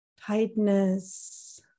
Tightness